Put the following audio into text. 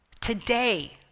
today